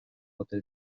ote